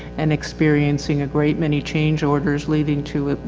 and experiencing a great many change orders, leading to,